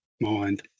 mind